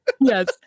Yes